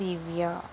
Divya